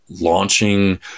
launching